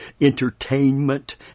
entertainment